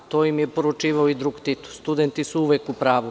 To im je poručivao i drug Tito – studenti su uvek u pravu.